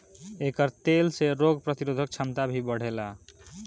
एकर तेल से रोग प्रतिरोधक क्षमता भी बढ़ेला